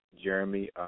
Jeremy